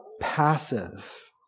passive